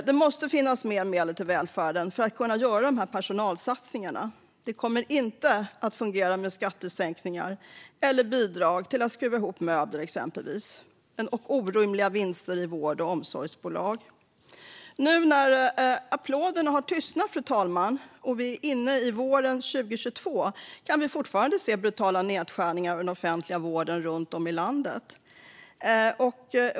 Det måste finnas mer medel till välfärden för att kunna göra de här personalsatsningarna. Det kommer inte att fungera med skattesänkningar, bidrag till att exempelvis skruva ihop möbler eller orimliga vinster i vård och omsorgsbolag. Fru talman! Nu när applåderna har tystnat och vi är inne i våren 2022 kan vi fortfarande se brutala nedskärningar av den offentliga vården runt om i landet.